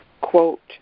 Quote